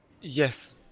Yes